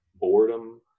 boredom